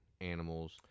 animals